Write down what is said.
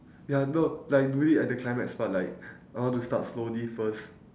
ya no like do it at the climax but like I want to start slowly first